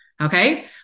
okay